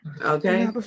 Okay